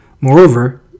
Moreover